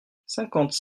cinquante